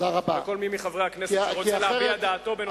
וכל מי מחברי הכנסת שרוצה להביע את דעתו בנושא הרפורמה מוזמן.